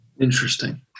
Interesting